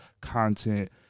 content